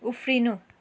उफ्रिनु